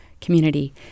community